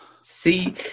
See